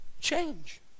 change